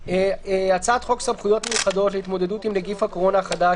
הצעת חוק סמכויות מיוחדות להתמודדות עם נגיף הקורונה החדש